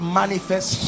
manifest